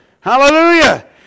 Hallelujah